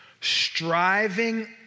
striving